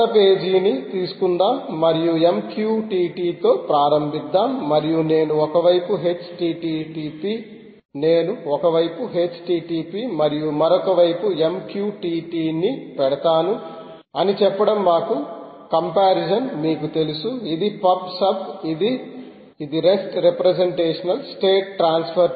క్రొత్త పేజీని తీసుకుందాం మరియు MQTT తో ప్రారంభిద్దాం మరియు నేను ఒక వైపు http మరియు మరొక వైపు MQTT ని పెడతాను అని చెప్పడం మాకు కంపారిజన్ మీకు తెలుసు ఇది పబ్ సబ్ ఇది రెస్ట్ రెప్రెసెంటేషనల్ స్టేట్ ట్రాన్సఫర్